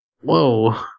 Whoa